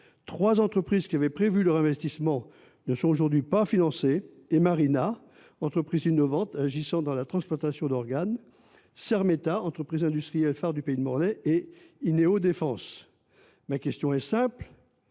Trois entreprises qui avaient prévu leur investissement ne sont aujourd’hui pas financées : Hemarina, entreprise innovante agissant dans la transplantation d’organes ; Sermeta, entreprise industrielle phare du pays de Morlaix ; et Ineo défense. Ma question est simple